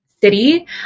city